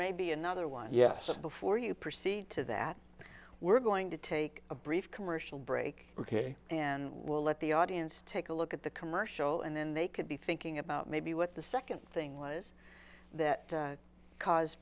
may be another one yes before you proceed to that we're going to take a brief commercial break and we'll let the audience take a look at the commercial and then they could be thinking about maybe what the second thing was that cause